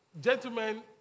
gentlemen